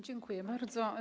Dziękuję bardzo.